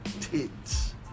tits